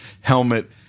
helmet